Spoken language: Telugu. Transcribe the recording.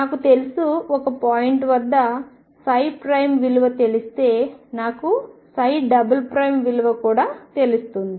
నాకు తెలుసు ఒక పాయింట్ వద్ద విలువ తెలిస్తే నాకు విలువ కూడా తెలుస్తుంది